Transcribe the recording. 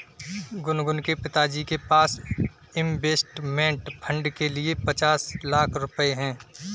गुनगुन के पिताजी के पास इंवेस्टमेंट फ़ंड के लिए पचास लाख रुपए है